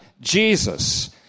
Jesus